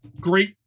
Great